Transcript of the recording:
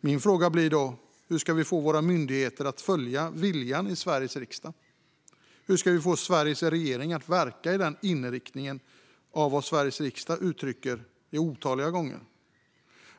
Mina frågor blir då: Hur ska vi få våra myndigheter att följa viljan i Sveriges riksdag? Hur ska vi få Sveriges regering att verka i den riktning som Sveriges riksdag har gett uttryck för otaliga gånger?